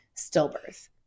stillbirth